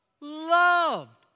Loved